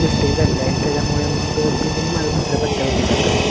mistake झालेला आहे त्याच्यामुळे मग बिलिंग माझं दुसऱ्या पत्त्यावरती जात आहे